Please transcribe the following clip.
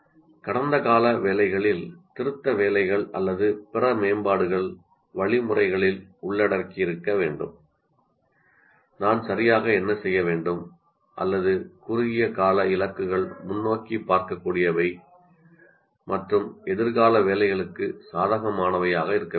கடந்த கால வேலைகளில் திருத்த வேலைகள் அல்லது பிற மேம்பாடுகள் வழிமுறைகளில் உள்ளடக்கியிருக்க வேண்டும் நான் சரியாக என்ன செய்ய வேண்டும் அல்லது குறுகிய கால இலக்குகள் முன்னோக்கிப் பார்க்கக்கூடியவை மற்றும் எதிர்கால வேலைகளுக்கு சாதகமானவையாக இருக்க வேண்டும்